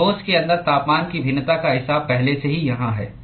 तो ठोस के अंदर तापमान की भिन्नता का हिसाब पहले से ही यहाँ है